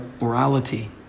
morality